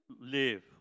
live